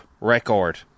record